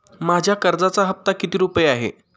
माझ्या कर्जाचा हफ्ता किती रुपये आहे?